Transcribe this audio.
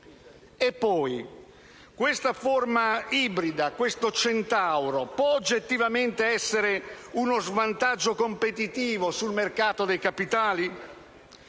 Poi, questa forma ibrida, questo centauro può oggettivamente essere uno svantaggio competitivo sul mercato dei capitali?